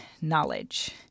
knowledge